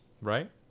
Right